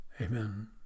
amen